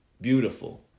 beautiful